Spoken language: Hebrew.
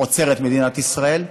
עוצר את מדינת ישראל,